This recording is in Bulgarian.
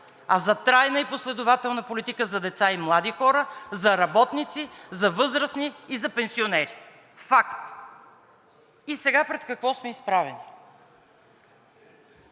а за трайна и последователна политика за деца и млади хора, за работници, за възрастни и за пенсионери. Факт. Сега пред какво сме изправени?